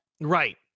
Right